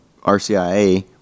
RCIA